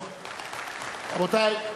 רבותי,